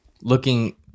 looking